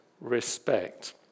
respect